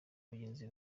bagenzi